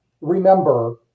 remember